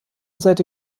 seite